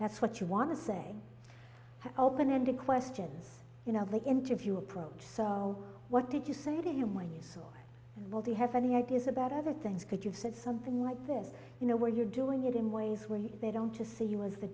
that's what you want to say open ended questions you know the interview approach so what did you say to him when you saw will he have any ideas about other things could have said something like this you know where you're doing it in ways where they don't to see you as the